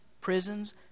prisons